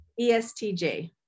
ESTJ